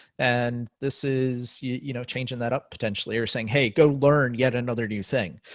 and this is you know changing that up potentially or saying hey, go learn yet another new thing.